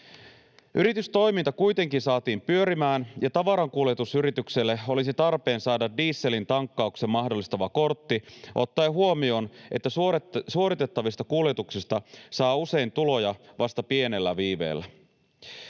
Yritystoiminta kuitenkin saatiin pyörimään, ja tavarankuljetusyritykselle olisi tarpeen saada dieselin tankkauksen mahdollistava kortti ottaen huomioon, että suoritettavista kuljetuksista saa usein tuloja vasta pienellä viiveellä.